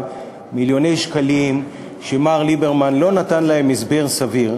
מיליוני שקלים שמר ליברמן לא נתן לגביהם הסבר סביר,